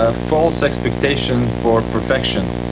ah false expectation for perfection,